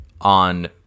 on